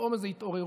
ופתאום איזו התעוררות